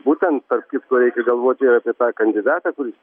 būtent tarp kitko reikia galvoti ir apie tą kandidatą kuris